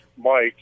Mike